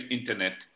Internet